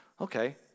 Okay